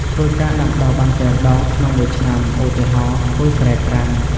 ធ្វើការដាំដុះបានច្រើនដងក្នុងមួយឆ្នាំ ឧទាហរណ៍ ធ្វើស្រែប្រាំង។